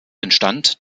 entstand